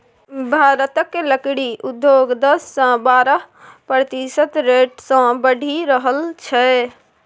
भारतक लकड़ी उद्योग दस सँ बारह प्रतिशत रेट सँ बढ़ि रहल छै